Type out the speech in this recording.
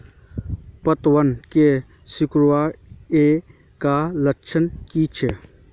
पतबन के सिकुड़ ऐ का लक्षण कीछै?